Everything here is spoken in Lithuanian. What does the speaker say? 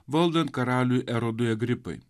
valdant karaliui erodui egripai